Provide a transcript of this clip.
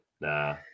Nah